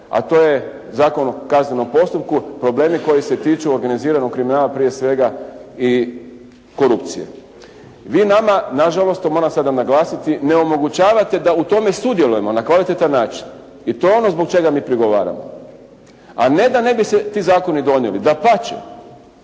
a to je Zakon o kaznenom postupku, problemi koji se tiču organiziranog kriminala prije svega i korupcije. Vi nama, nažalost to moram sada naglasiti, ne omogućavate da u tome sudjelujemo na kvalitetan način i to je ono zbog čega mi prigovaramo a ne da ne bi se ti zakoni donijeli, dapače.